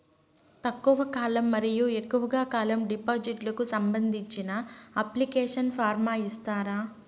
తక్కువ కాలం మరియు ఎక్కువగా కాలం డిపాజిట్లు కు సంబంధించిన అప్లికేషన్ ఫార్మ్ ఇస్తారా?